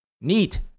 Neat